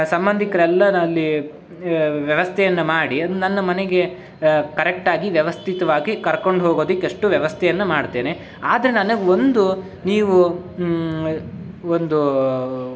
ಸಂಬಂಧಿಕರೆಲ್ಲ ಅಲ್ಲಿ ವ್ಯವಸ್ಥೆಯನ್ನು ಮಾಡಿ ಅದು ನನ್ನ ಮನೆಗೆ ಕರೆಕ್ಟಾಗಿ ವ್ಯವಸ್ಥಿತವಾಗಿ ಕರ್ಕೊಂಡು ಹೋಗೋದಕ್ಕೆ ಅಷ್ಟು ವ್ಯವಸ್ಥೆಯನ್ನು ಮಾಡ್ತೇನೆ ಆದರೆ ನನಗೆ ಒಂದು ನೀವು ಒಂದು